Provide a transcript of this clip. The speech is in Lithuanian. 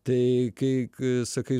tai kai k sakai